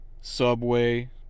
subway